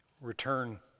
return